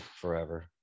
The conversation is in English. forever